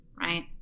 Right